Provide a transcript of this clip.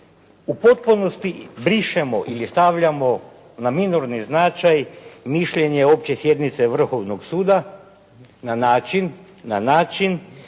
u potpunosti brišemo ili stavljamo na minorni značaj mišljenje opće sjednice Vrhovnog suda na način da